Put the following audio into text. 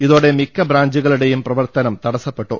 ഇതോടെ മിക്ക ബ്രാഞ്ചുകളുടേയും പ്രവർത്തനം തടസ്സപ്പെട്ടു